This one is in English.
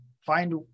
Find